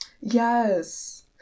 Yes